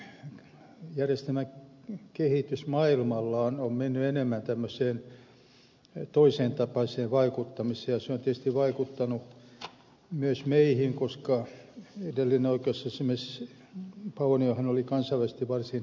eli oikeusasiamiesjärjestelmän kehitys maailmalla on mennyt enemmän tämmöiseen toisentapaiseen vaikuttamiseen ja se on tietysti vaikuttanut myös meihin koska edellinen oikeusasiamies pauniohan oli kansainvälisesti varsin aktiivinen